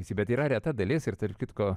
visi bet yra reta dalis ir tarp kitko